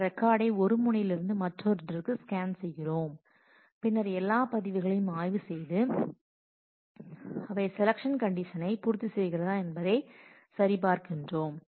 பின்னர் ரெக்காடை ஒரு முனையிலிருந்து மற்றொன்றுக்கு ஸ்கேன் செய்கிறோம் பின்னர் நாங்கள் எல்லா பதிவுகளையும் ஆய்வு செய்து அவை செலெக்ஷன் கண்டிஷனை பூர்த்திசெய்கிறதா என்பதை சரி பார்க்கின்றோம்